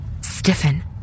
Stiffen